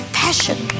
passion